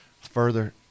further